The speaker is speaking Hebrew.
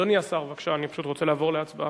אדוני השר, בבקשה, אני פשוט רוצה לעבור להצבעה.